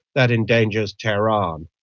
that endangers tehran.